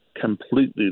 completely